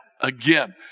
again